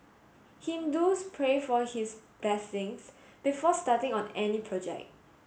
Hindus pray for his blessings before starting on any project